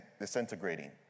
disintegrating